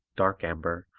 dark amber,